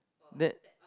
that